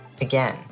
Again